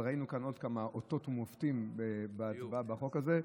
אבל ראינו גם עוד כמה אותות ומופתים בהצבעה על חוק הזה.